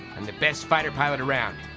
i'm the best fighter pilot around.